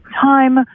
time